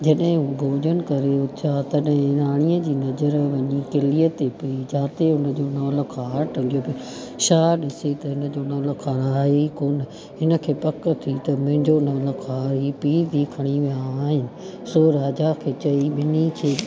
जॾहिं उहो भोॼनु करे उथिया तॾहिं राणीअ जी नज़र वञी किलीअ ते पई जिते हुनजो नौलख हार टंगो पियो छा ॾिसी त हिन जो नौलख आहे ई कोन हिनखे पक थी त मुंहिंजो नौलख हार ही पीउ धीउ खणी विया आहिनि सो राजा खे चई ॿिनी खे